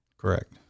Correct